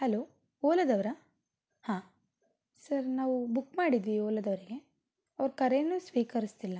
hello ಓಲದವರಾ ಹಾಂ sir ನಾವು ಬುಕ್ ಮಾಡಿದ್ವಿ ಓಲದವರಿಗೆ ಅವರು ಕರೇನೂ ಸ್ವೀಕರಿಸ್ತಿಲ್ಲ